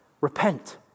repent